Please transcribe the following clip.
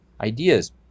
ideas